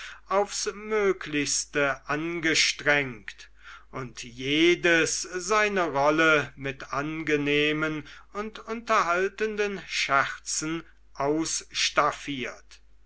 aufs möglichste angestrengt und jedes seine rolle mit angenehmen und unterhaltenden scherzen